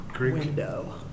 window